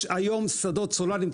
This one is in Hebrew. יש היום שדות סלולאריים.